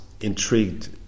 intrigued